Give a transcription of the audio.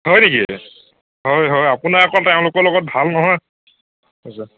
হয় নেকি হয় হয় আপোনাৰ আকৌ তেওঁলোকৰ লগত ভাল নহয়